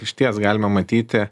išties galime matyti